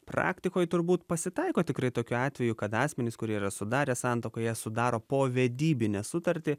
praktikoj turbūt pasitaiko tikrai tokių atvejų kad asmenys kurie yra sudarę santuoką jie sudaro povedybinę sutartį